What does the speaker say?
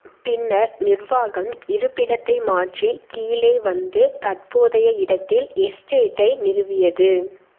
பின்னர் நிர்வாகம் இருப்பிடத்தை மாற்றி கீழே வந்து தற்போதைய இடத்தில் எஸ்டேட்டை நிறுவியது